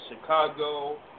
Chicago